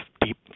deep